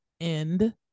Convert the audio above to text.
end